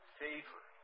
favor